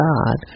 God